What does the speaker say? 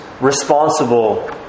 responsible